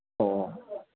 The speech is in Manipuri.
ꯑꯣ